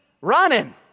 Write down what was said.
running